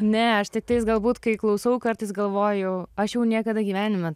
ne aš tiktais galbūt kai klausau kartais galvoju aš jau niekada gyvenime